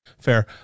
Fair